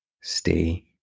Stay